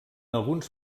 alguns